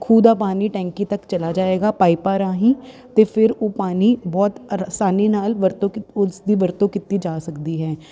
ਖੂਹ ਦਾ ਪਾਣੀ ਟੈਂਕੀ ਤੱਕ ਚਲਾ ਜਾਏਗਾ ਪਾਈਪਾਂ ਰਾਹੀਂ ਅਤੇ ਫਿਰ ਉਹ ਪਾਣੀ ਬਹੁਤ ਆਸਾਨੀ ਨਾਲ ਵਰਤੋਂ ਕਿ ਉਸ ਦੀ ਵਰਤੋਂ ਕੀਤੀ ਜਾ ਸਕਦੀ ਹੈ